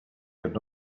could